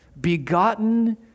begotten